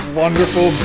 wonderful